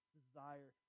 desire